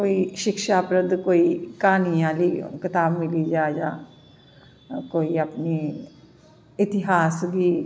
कोई शिक्षा पर ते कोई कहानियें आह्ली कताब गै मिली जा ते ओह् कोई अपनें इतिहास गी